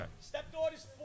Stepdaughter's